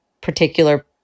particular